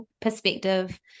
perspective